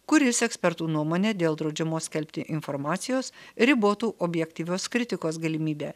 kuris ekspertų nuomone dėl draudžiamos skelbti informacijos ribotų objektyvios kritikos galimybę